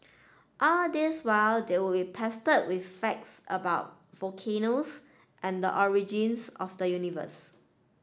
all this while they would be pestered with facts about volcanoes and the origins of the universe